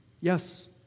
Yes